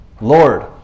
Lord